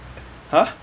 !huh!